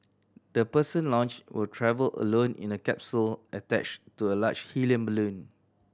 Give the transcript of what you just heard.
the person launched will travel alone in a capsule attached to a large helium balloon